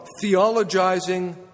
theologizing